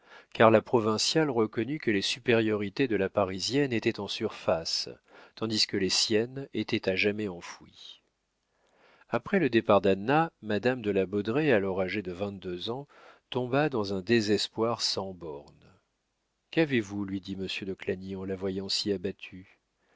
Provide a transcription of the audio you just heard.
car la provinciale reconnut que les supériorités de la parisienne étaient en surface tandis que les siennes étaient à jamais enfouies après le départ d'anna madame de la baudraye alors âgée de vingt-deux ans tomba dans un désespoir sans bornes qu'avez-vous lui dit monsieur de clagny en la voyant si abattue